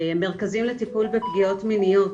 מרכזים לטיפול בפגיעות מיניות